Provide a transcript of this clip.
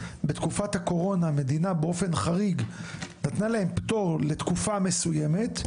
בתקופת הקורונה המדינה באופן חריג נתנה להם פטור לתקופה מסוימת.